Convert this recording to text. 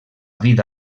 vida